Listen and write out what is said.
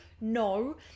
No